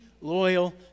loyal